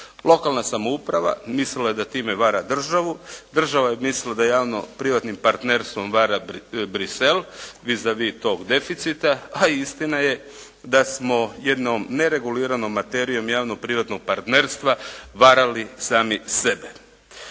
Lokalna samouprava mislila je da time vara državu, država je mislila da javno privatnim partnerstvom vara Bruxelles vis a vis toga deficita a istina je da smo jednom nereguliranom materijom javno privatnog partnerstva varali sami sebe.